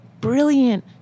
brilliant